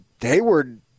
Hayward